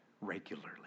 regularly